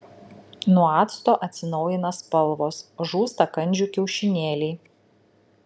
nuo acto atsinaujina spalvos žūsta kandžių kiaušinėliai